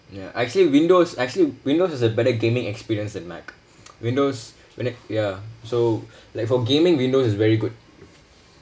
ya actually windows actually windows is a better gaming experience than mac windows when it ya so like for gaming we know is very good